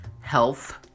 Health